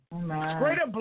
Greater